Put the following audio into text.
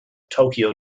tokyo